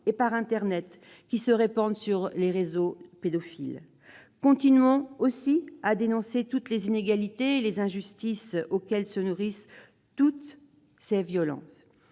et par internet, qui se répandent dans les réseaux pédophiles. Continuons aussi à dénoncer toutes les inégalités et injustices desquelles se nourrissent toutes ces violences.